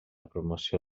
promoció